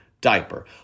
diaper